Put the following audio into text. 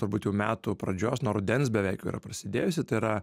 turbūt jau metų pradžios nuo rudens beveik jau yra prasidėjusi tai yra